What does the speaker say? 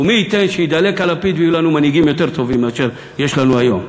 ומי ייתן שיידלק הלפיד ויהיו לנו מנהיגים יותר טובים מאשר יש לנו היום.